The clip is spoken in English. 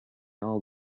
all